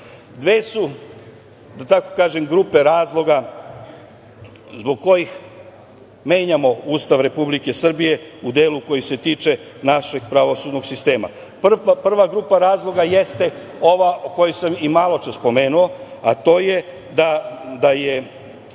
su, da tako kažem, grupe razloga zbog kojih menjamo Ustav Republike Srbije u delu koji se tiče našeg pravosudnog sistema. Prva grupa razloga jeste ova o kojoj sam i maločas pomenuo, a to je da su